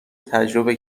تجربه